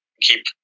keep